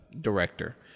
director